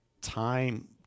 time